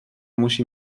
musi